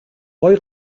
гоё